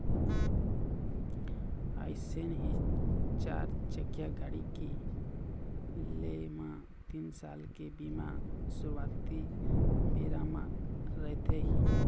अइसने ही चारचकिया गाड़ी के लेय म तीन साल के बीमा सुरुवाती बेरा म रहिथे ही